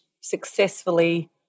successfully